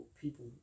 people